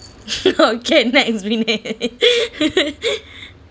okay next vinesh